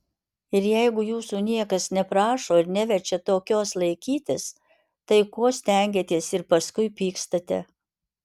ir jeigu jūsų niekas neprašo ir neverčia tokios laikytis tai ko stengiatės ir paskui pykstate